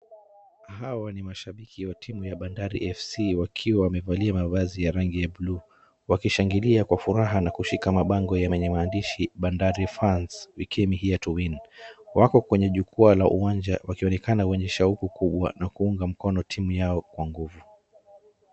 Hawa ni mashabiki wa timu ya Bandari Fc wakiwa wamevalia mavazi ya rangi ya bluu. Wakishangilia kwa furaha na kushika mabango yenye maandishi Bandari fans we come here to win .Wako kwenye jukwaa la uwanja wakionekana wenye shauku kubwa na kuunga mkono timu yao kwa nguvu.